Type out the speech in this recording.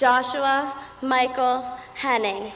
joshua michael handing